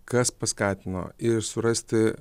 kas paskatino ir surasti